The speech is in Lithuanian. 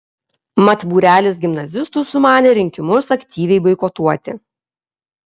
mat būrelis gimnazistų sumanė rinkimus aktyviai boikotuoti